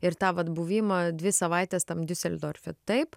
ir tą vat buvimą dvi savaites tam diuseldorfe taip